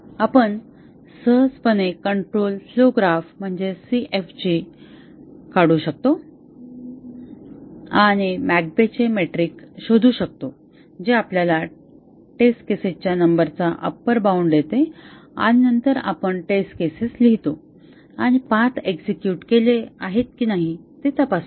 आपण सहजपणे CFG काढू शकतो आणि मॅककेबचे मेट्रिक शोधू शकतो जे आपल्याला टेस्ट केसेसच्या नंबर चा अप्पर बाउन्ड देते आणि नंतर आपण त्या टेस्ट केसेस लिहितो आणि पाथ एक्झेक्युट केले आहेत की नाही ते तपासतो